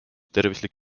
tervislik